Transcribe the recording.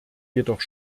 jedoch